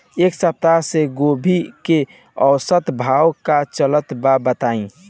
एक सप्ताह से गोभी के औसत भाव का चलत बा बताई?